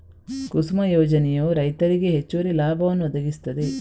ಕುಸುಮ ಯೋಜನೆಯು ರೈತರಿಗೆ ಹೆಚ್ಚುವರಿ ಲಾಭವನ್ನು ಒದಗಿಸುತ್ತದೆ